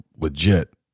legit